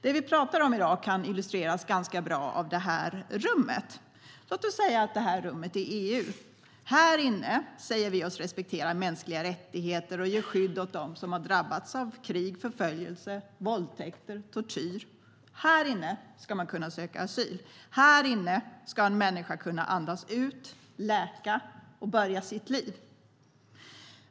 Det vi pratar om i dag kan illustreras ganska bra av detta rum. Låt oss säga att detta rum är EU. Härinne säger vi oss respektera mänskliga rättigheter och ge skydd åt dem som har drabbats av krig, förföljelse, våldtäkter och tortyr. Härinne ska man kunna söka asyl. Härinne ska en människa kunna andas ut, läka och börja sitt liv.